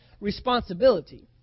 responsibility